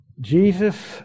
Jesus